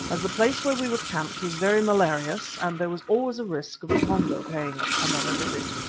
as the place where we were camped was very malarious and there was always a risk of the pongo paying us another visit.